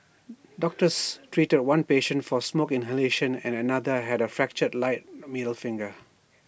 doctors treated one patient for smoke inhalation and another had A fractured right middle finger